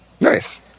Nice